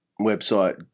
website